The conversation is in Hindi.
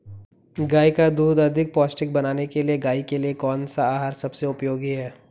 गाय का दूध अधिक पौष्टिक बनाने के लिए गाय के लिए कौन सा आहार सबसे उपयोगी है?